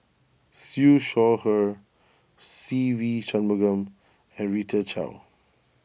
Siew Shaw Her Se Ve Shanmugam and Rita Chao